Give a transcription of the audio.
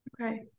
Okay